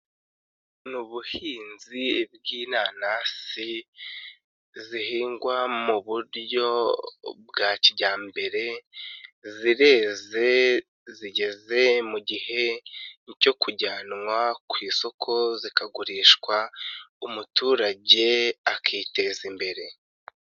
Ni ubuhinzi bw'inanasi zihingwa mu buryo bwa kijyambere, zireze zigeze mu gihe cyo kujyanwa ku isoko zikagurishwa umuturage akiteza imbere.